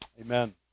Amen